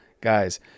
guys